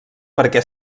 perquè